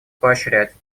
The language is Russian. поощрять